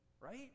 right